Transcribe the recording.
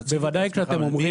תציג את עצמך.